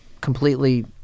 completely